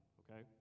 okay